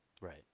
Right